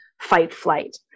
fight-flight